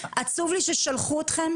עצוב לי ששלחו אתכם.